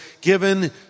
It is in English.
given